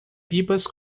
pipas